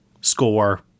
score